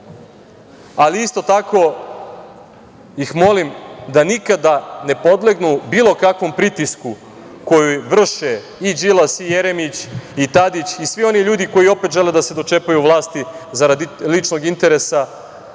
ali isto tako ih molim da nikada ne podlegnu bilo kakvom pritisku koji vrši i Đilas i Jeremić i Tadić i svi oni ljudi koji opet žele da se dočepaju vlasti zarad ličnog interesa,